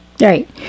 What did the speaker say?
right